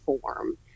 form